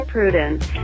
Prudence